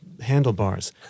handlebars